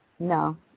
No